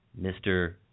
Mr